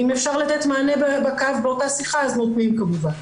אם אפשר לתת מענה בקו באותה שיחה אז נותנים כמובן.